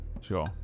sure